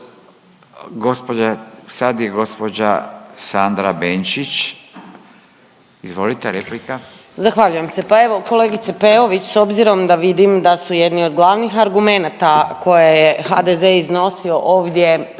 sad je gđa. Sandra Benčić, izvolite replika.